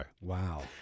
Wow